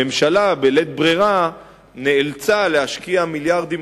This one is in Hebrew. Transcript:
הממשלה בלית ברירה נאלצה להשקיע מיליארדים